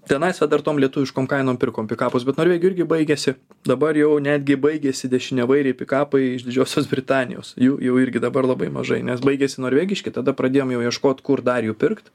tenais va dar tom lietuviškom kainom pirkom pikapus bet norvegijoj irgi baigėsi dabar jau netgi baigėsi dešiniavairiai pikapai iš didžiosios britanijos jų jau irgi dabar labai mažai nes baigėsi norvegiški tada pradėjom jau ieškot kur dar jų pirkt